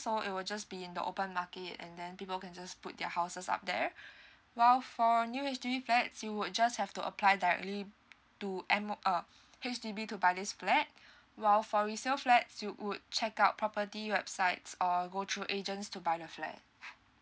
so it will just be in the open market and then people can just put their houses up there while for new H_D_B flats you would just have to apply directly to M~ uh H_D_B to buy this flat while for resell flat you would check out property websites or go through agents to buy the flat